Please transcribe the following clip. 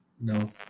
No